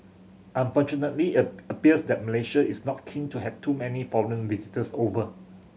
unfortunately appears that Malaysia is not keen to have too many foreign visitors over